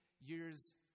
years